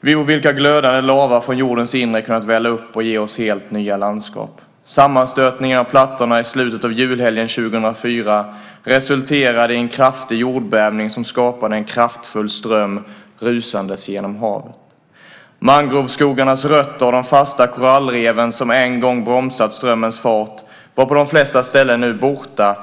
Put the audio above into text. ur vilka glödande lava från jordens inre kunnat välla upp och ge oss helt nya landskap. Sammanstötningen av plattorna i slutet av julhelgen 2004 resulterade i en kraftig jordbävning som skapade en kraftfull ström rusandes genom havet. Mangroveskogarnas rötter och de fasta korallreven som en gång bromsat strömmens fart var på de flesta ställen nu borta.